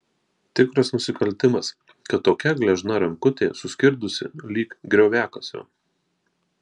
tikras nusikaltimas kad tokia gležna rankutė suskirdusi lyg grioviakasio